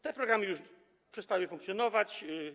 Te programy już przestały funkcjonować.